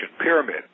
pyramid